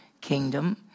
kingdom